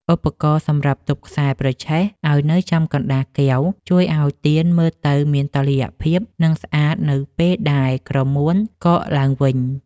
ឧបករណ៍សម្រាប់ទប់ខ្សែប្រឆេះឱ្យនៅចំកណ្ដាលកែវ ជួយឱ្យទៀនមើលទៅមានតុល្យភាព និងស្អាតនៅពេលដែលក្រមួនកកឡើងវិញ។